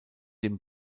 dem